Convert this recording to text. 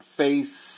face